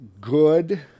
good